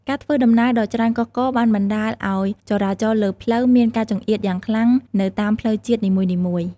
ការធ្វើដំណើរដ៏ច្រើនកុះករបានបណ្តាលឱ្យចរាចរណ៍លើផ្លូវមានការចង្អៀតយ៉ាងខ្លាំងនៅតាមផ្លូវជាតិនីមួយៗ។